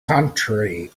country